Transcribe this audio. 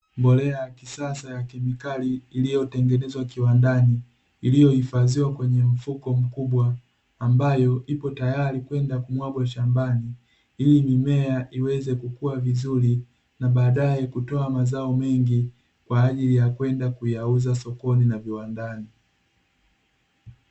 Mbolea ya kisasa ya kemikali iliyotengenezwa kiwandani, iliyohifadhiwa kwenye mifuko mkubwa, ambayo ipo tayari kwenda kumwagwa shambani ili mimea iweze kukua vizuri na baadae kutoa mazao mengi, kwa ajili ya kwenda kuyauza sokoni na viwandani.